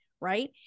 right